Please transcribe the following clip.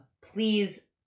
Please